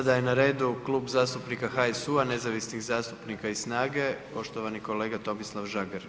Sada je na redu Klub zastupnika HSU-a, nezavisnih zastupnika i SNAGA-e poštovani kolega Tomislav Žagar.